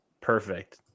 perfect